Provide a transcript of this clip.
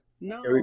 No